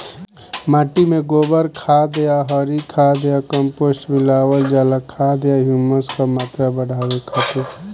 माटी में गोबर खाद या हरी खाद या कम्पोस्ट मिलावल जाला खाद या ह्यूमस क मात्रा बढ़ावे खातिर?